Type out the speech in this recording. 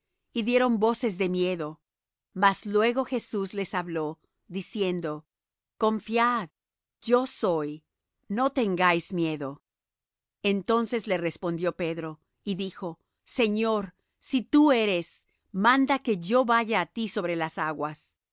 y dieron voces de miedo mas luego jesús les habló diciendo confiad yo soy no tengáis miedo entonces le respondió pedro y dijo señor si tú eres manda que yo vaya á ti sobre las aguas